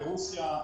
ברוסיה,